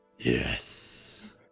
Yes